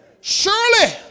surely